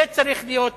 זה צריך להיות מפורק,